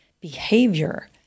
behavior